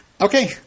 Okay